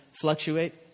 fluctuate